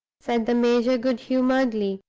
said the major good-humoredly.